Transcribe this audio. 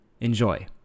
Enjoy